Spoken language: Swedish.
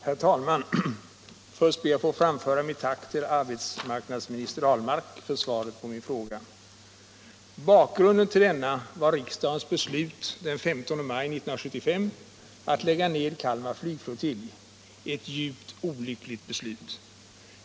Herr talman! Först ber jag att få framföra mitt tack till arbetsmarknadsministern Ahlmark för svaret på min fråga. Bakgrunden till frågan var riksdagens beslut den 15 maj 1975 att lägga ned Kalmar flygflottilj, ett djupt olyckligt beslut.